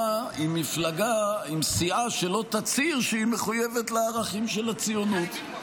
עם סיעה שלא תצהיר שהיא מחויבת לערכים של הציונות.